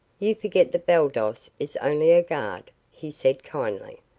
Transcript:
you forget that baldos is only a guard, he said kindly.